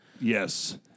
Yes